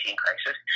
crisis